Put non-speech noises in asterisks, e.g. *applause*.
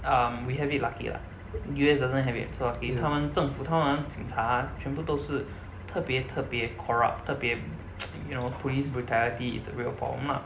um we have it lah U_S doesn't have it so lucky 他们政府他们警察全部都是特别特别 corrupt 特别 *noise* you know police brutality is a real problem lah